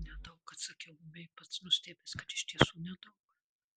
nedaug atsakiau ūmiai pats nustebęs kad iš tiesų nedaug